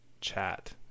chat